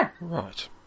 Right